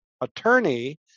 attorney